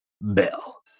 bell